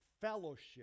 fellowship